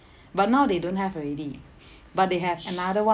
but now they don't have already but they have another one